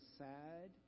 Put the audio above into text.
sad